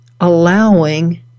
allowing